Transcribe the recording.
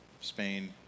Spain